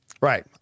Right